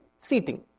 seating